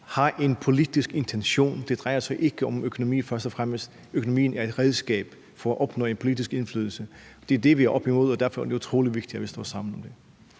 har en politisk intention. Det drejer sig ikke om økonomi først og fremmest; økonomien er et redskab til at opnå en politisk indflydelse. Det er det, vi oplever, og derfor er det utrolig vigtigt, at vi står sammen. Kl.